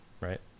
right